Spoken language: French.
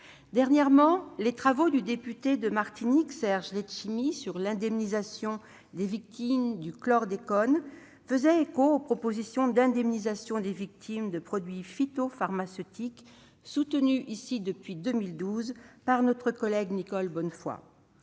Dernièrement, les travaux que le député de la Martinique Serge Letchimy a dédiés à l'indemnisation des victimes du chlordécone ont fait écho aux propositions d'indemnisation des victimes des produits phytopharmaceutiques soutenues ici depuis 2012 par notre collègue Nicole Bonnefoy.